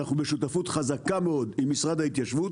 אנחנו בשותפות חזקה מאוד עם משרד ההתיישבות